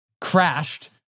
crashed